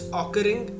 occurring